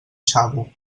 xavo